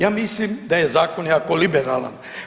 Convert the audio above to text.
Ja mislim da je zakon jako liberalan.